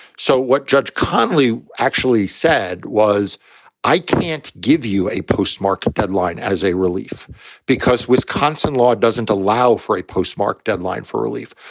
so what judge connelly actually said was i can't give you a postmark deadline as a relief because wisconsin law doesn't allow for a postmark deadline for relief.